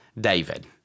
David